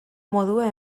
modua